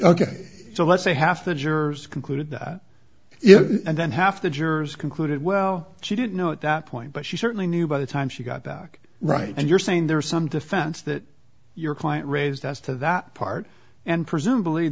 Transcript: ok so let's say half the jurors concluded that if and then half the jurors concluded well she didn't know at that point but she certainly knew by the time she got back right and you're saying there's some defense that your client raised as to that part and presumably